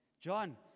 John